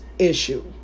issue